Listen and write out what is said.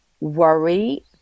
worry